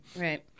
Right